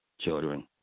children